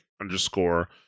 underscore